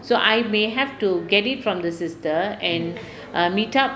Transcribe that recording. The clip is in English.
so I may have to get it from the sister and err meet up